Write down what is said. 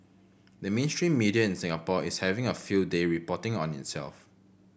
the mainstream media in Singapore is having a field day reporting on itself